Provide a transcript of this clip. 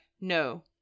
no